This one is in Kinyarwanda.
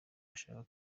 ashaka